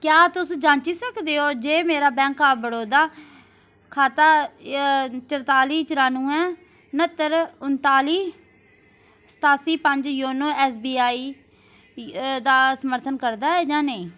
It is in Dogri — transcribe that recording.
क्या तुस जांची सकदे ओ जे मेरा बैंक ऑफ बड़ौदा खाता चरताली चरानवैं न्हत्तर उन्ताली संताली पंज योनो ऐस्सबीआई दा समर्थन करदा ऐ जां नेईं